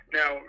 now